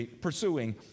pursuing